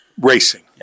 racing